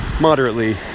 moderately